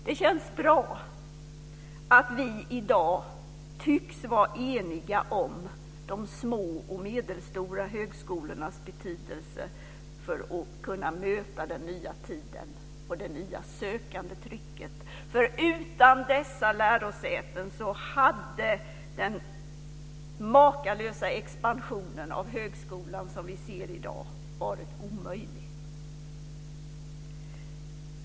Det känns bra att vi i dag tycks vara eniga om de små och medelstora högskolornas betydelse för att kunna möta den nya tiden och det nya sökandetrycket. Utan dessa lärosäten hade den makalösa expansion av högskolan som vi ser i dag varit omöjlig.